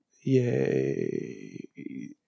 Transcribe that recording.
Yay